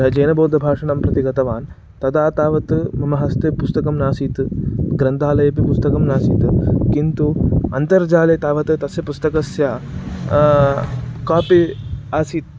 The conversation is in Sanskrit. जैनं बौद्धं भाषणं प्रति गतवान् तदा तावत् मम हस्ते पुस्तकं नासीत् ग्रन्थालये अपि पुस्तकं न आसीत् किन्तु अन्तर्जाले तावत् तस्य पुस्तकस्य कोपि आसीत्